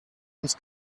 ums